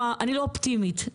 אופטימית,